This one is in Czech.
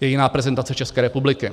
je jiná prezentace České republiky.